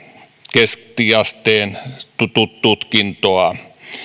keskiasteen tutkintoa